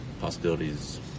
possibilities